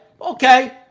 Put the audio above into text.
Okay